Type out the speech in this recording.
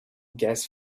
gas